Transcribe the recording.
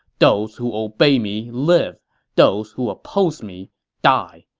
those who obey me live those who oppose me die.